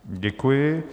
Děkuji.